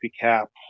cap